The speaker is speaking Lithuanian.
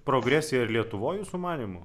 progresija ir lietuvoj jūsų manymu